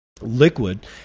Liquid